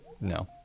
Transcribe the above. No